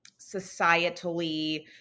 societally